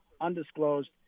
undisclosed